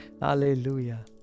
Hallelujah